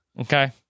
Okay